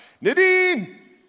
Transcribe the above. Nadine